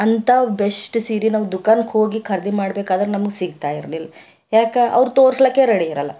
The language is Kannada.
ಅಂಥವು ಬೆಷ್ಟ್ ಸೀರೆ ನಮಗೆ ದುಖಾನ್ಗೋಗಿ ಖರೀದಿ ಮಾಡ್ಬೇಕಾದ್ರೆ ನಮಗೆ ಸಿಗ್ತಾಯಿರ್ಲಿಲ್ಲ ಯಾಕೆ ಅವ್ರು ತೋರ್ಸ್ಲಕೆ ರೆಡಿ ಇರಲ್ಲ